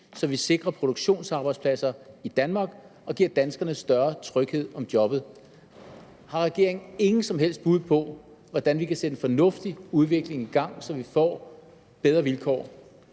så vi sikrede produktionsarbejdspladser i Danmark og gav danskerne større tryghed på jobbet. Har regeringen ingen som helst bud på, hvordan vi kan sætte en fornuftig udvikling i gang, så vi får bedre vilkår